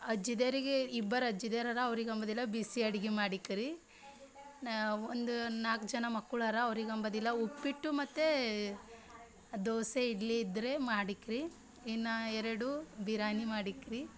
ಅಜ್ಜಿದೇರಿಗೆ ಇಬ್ಬರು ಅಜ್ಜಿದೇರರ ಅವರಿಗಂಬದಿಲ್ಲ ಬಿಸಿ ಅಡ್ಗೆ ಮಾಡಿಕ್ಕರಿ ನಾನು ಒಂದು ನಾಲ್ಕು ಜನ ಮಕ್ಳು ಅರ ಅವ್ರಿಗಂಬದಿಲ್ಲ ಉಪ್ಪಿಟ್ಟು ಮತ್ತು ದೋಸೆ ಇಡ್ಲಿ ಇದ್ದರೆ ಮಾಡಿಕ್ಕಿರಿ ಇನ್ನು ಎರಡು ಬಿರ್ಯಾನಿ ಮಾಡಿಕ್ಕಿರಿ